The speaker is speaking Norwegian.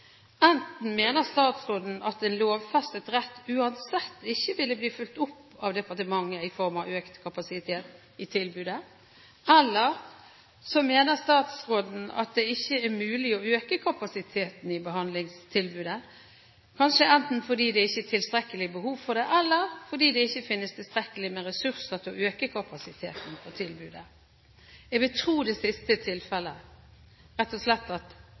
Enten mener statsråden at en lovfestet rett uansett ikke ville bli fulgt opp av departementet i form av økt kapasitet i tilbudet, eller så mener statsråden at det ikke er mulig å øke kapasiteten i behandlingstilbudet, enten fordi det ikke er tilstrekkelig behov for det, eller fordi det ikke finnes tilstrekkelig ressurser for å øke kapasiteten på tilbudet. Jeg vil tro det siste er tilfellet – rett og slett at